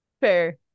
Fair